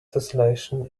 tesselation